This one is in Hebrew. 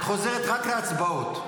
את חוזרת רק להצבעות.